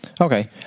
Okay